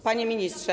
Panie Ministrze!